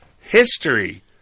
history